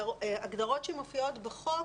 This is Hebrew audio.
הגדרות שמופיעות בחוק,